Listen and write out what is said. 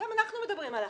גם אנחנו מדברים על אכיפה,